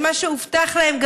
את מה שהובטח להם,